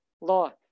law